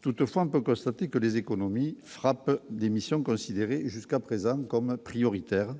toutefois, on peut constater que les économies frappe émission considéré jusqu'à présent comme prioritaires,